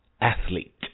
athlete